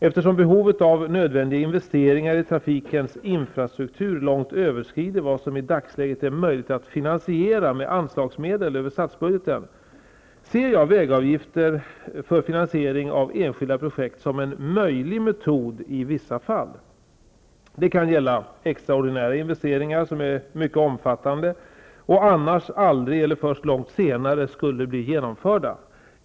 Eftersom behovet av nödvändiga investeringar i trafikens infrastruktur långt överstiger vad som i dagsläget är möjligt att finansiera med anslagsmedel över statsbudgeten, ser jag vägavgifter för finansiering av enskilda projekt som en möjlig metod i vissa fall. Det kan gälla extraordinära investeringar som är mycket omfattande och annars aldrig eller först långt senare skulle bli genomförda.